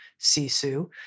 Sisu